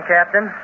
Captain